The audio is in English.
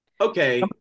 Okay